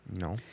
No